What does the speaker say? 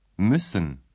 Müssen